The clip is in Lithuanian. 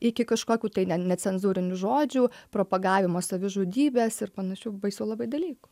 iki kažkokių tai ne necenzūrinių žodžių propagavimo savižudybės ir panašių baisių labai dalykų